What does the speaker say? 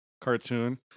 cartoon